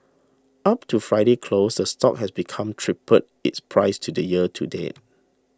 up to Friday's close the stock has become tripled its price to the year to date